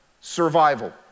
survival